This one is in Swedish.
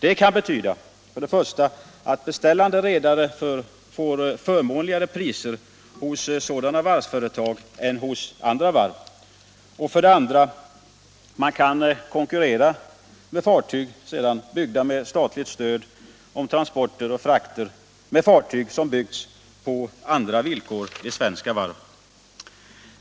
Det kan betyda för det första att beställande redare får förmånligare priser hos sådana varvsföretag än hos andra varv, för det andra att man sedan med fartyg byggda med statligt stöd kan konkurrera om transporter och frakter med fartyg som byggts på andra villkor vid svenska varv.